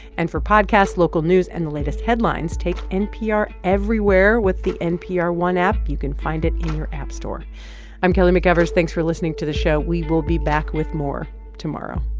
and for podcasts, local news and the latest headlines, take npr everywhere with the npr one app. you can find it in your app store i'm kelly mcevers. thanks for listening to the show. we will be back with more tomorrow